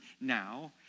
now